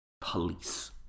police